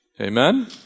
Amen